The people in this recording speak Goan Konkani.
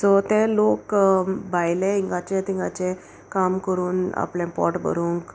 सो ते लोक भायले इंगाचे तिंगाचे काम कोरून आपलें पोट भरूंक